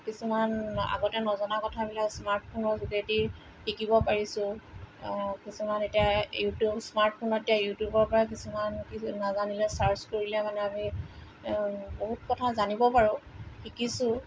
কিছুমান আগতে নজনা কথাবিলাক স্মাৰ্টফোনৰ যোগেদি শিকিব পাৰিছোঁ অঁ কিছুমান এতিয়া ইউটিউব স্মাৰ্টফোনতে ইউটিউবৰ পৰা কিছুমান শিকিছোঁ নাজানিলে ছাৰ্চ কৰিলে মানে আমি বহুত কথা জানিব পাৰোঁ শিকিছোঁ